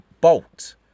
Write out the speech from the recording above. Bolt